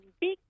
big